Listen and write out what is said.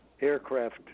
aircraft